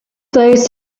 those